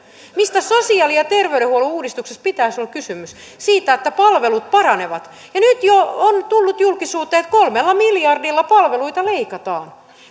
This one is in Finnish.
mistä sosiaali ja terveydenhuollon uudistuksessa pitäisi olla kysymys siitä että palvelut paranevat nyt jo on tullut julkisuuteen että kolmella miljardilla palveluita leikataan